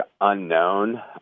unknown